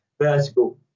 vertical